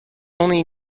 only